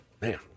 Man